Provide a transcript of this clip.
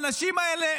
האנשים האלה,